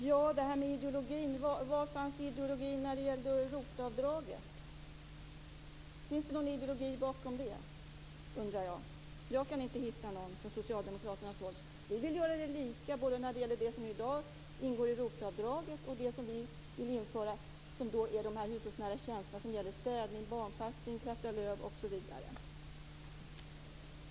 Fru talman! Var fanns ideologin när det gäller ROT-avdraget? Finns det någon ideologi bakom det? Jag kan inte hitta någon. Vi vill göra det lika, både med det som i dag ingår i ROT-avdraget och det som vi vill införa, nämligen hushållsnära tjänster såsom städning, barnpassning, att kratta löv osv.